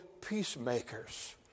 peacemakers